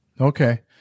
Okay